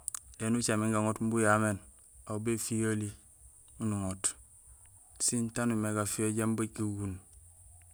Ēni ucaméén gaŋoot umbi uyaméén, aw béfihoheli miin sin taan uñumé gafiho jambi bay gaguun.